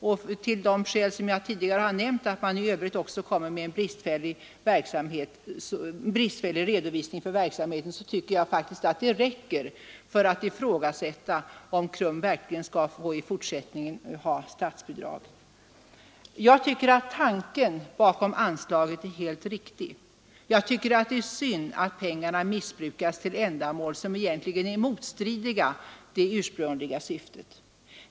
Tillsammans med de skäl som jag tidigare har nämnt, att man också i övrigt ger bristfällig redovisning för verksamheten, tycker jag det räcker för att ifrågasätta om KRUM verkligen skall få statsbidrag i fortsättningen. Jag tycker att tanken bakom anslaget är helt riktig. Det är synd att 73 pengarna missbrukas till ändamål som egentligen strider mot det ursprungliga syftet.